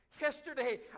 Yesterday